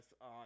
on